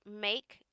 make